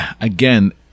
again